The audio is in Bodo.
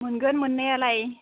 मोनगोन मोननायालाय